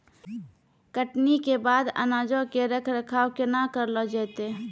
कटनी के बाद अनाजो के रख रखाव केना करलो जैतै?